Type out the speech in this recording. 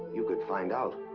you could find out.